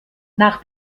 nach